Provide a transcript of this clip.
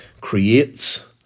creates